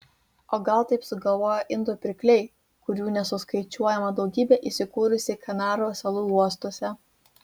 o gal taip sugalvojo indų pirkliai kurių nesuskaičiuojama daugybė įsikūrusi kanarų salų uostuose